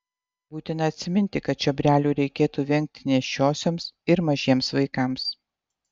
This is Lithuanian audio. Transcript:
būtina atsiminti kad čiobrelių reikėtų vengti nėščiosioms ir mažiems vaikams